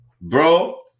bro